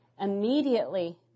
Immediately